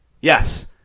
Yes